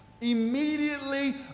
Immediately